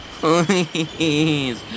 Please